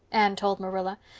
anne told marilla.